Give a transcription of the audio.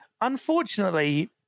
Unfortunately